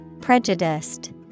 Prejudiced